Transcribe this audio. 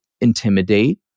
intimidate